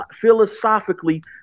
philosophically